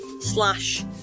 slash